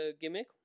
gimmick